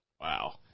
Wow